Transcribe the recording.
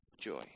joy